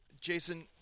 Jason